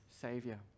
Savior